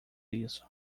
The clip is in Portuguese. isso